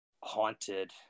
haunted